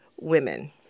women